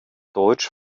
deutsch